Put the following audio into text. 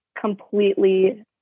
completely